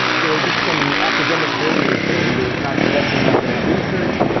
there are just some academic barriers there, either we're not investing enough in that research,